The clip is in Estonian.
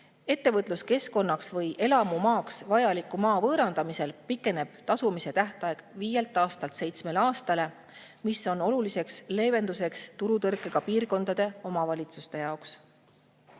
Ettevõtluskeskkonnaks või elamumaaks vajaliku maa võõrandamisel pikeneb tasumise tähtaeg viielt aastalt seitsmele aastale. See on oluliseks leevenduseks turutõrkega piirkondade omavalitsuste jaoks.